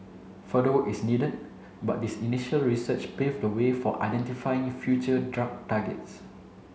further work is needed but this initial research pave the way for identifying future drug targets